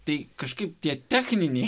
tai kažkaip tie techniniai